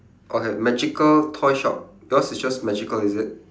okay magical toy shop yours is only magical is it